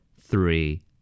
three